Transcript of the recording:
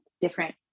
different